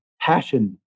passion